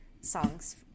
songs